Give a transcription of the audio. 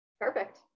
perfect